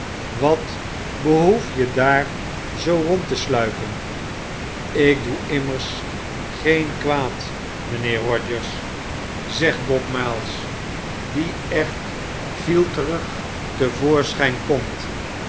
wat behoef je daar zoo rond te sluipen lk doe immers geen kwaad mynheer rogers zegt bob miles die echt fielterig te voorschijn komt